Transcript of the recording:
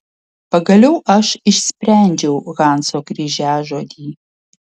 pagaliau aš išsprendžiau hanso kryžiažodį